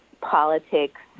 politics